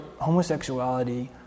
homosexuality